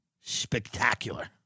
Spectacular